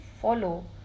follow